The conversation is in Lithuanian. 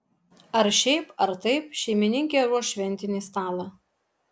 ar šiaip ar taip šeimininkė ruoš šventinį stalą